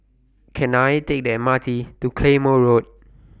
Can I Take The M R T to Claymore Road